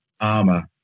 armor